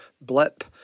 blip